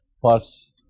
plus